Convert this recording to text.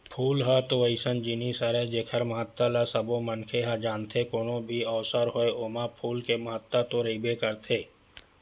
फूल ह तो अइसन जिनिस हरय जेखर महत्ता ल सबो मनखे ह जानथे, कोनो भी अवसर होवय ओमा फूल के महत्ता तो रहिबे करथे